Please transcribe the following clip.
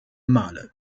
male